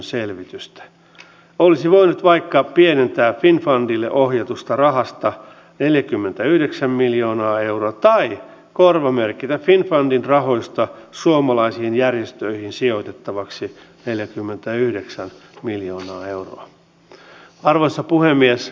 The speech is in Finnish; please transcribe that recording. lupaan että jos oppositio tekee ensi vuonna vähemmän välikysymyksiä niin käytän varmasti enemmän aikaa ja energiaa vienninedistämismatkoihin joita olen tehnyt jo tämän syksyn aikana